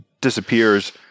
disappears